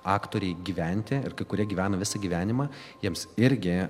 aktoriai gyventi ir kai kurie gyvena visą gyvenimą jiems irgi